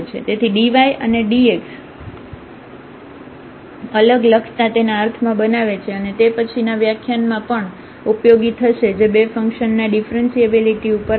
તેથી dy અને dx ને અલગ લખતા તેના અર્થમાં બનાવે છે અને તે પછીના વ્યાખ્યાન માં પણ ઉપયોગી થશે જે બે ફંક્શન ના ડિફ્રન્સિએબીલીટી ઉપર હશે